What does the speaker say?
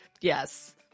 Yes